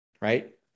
right